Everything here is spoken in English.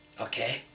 Okay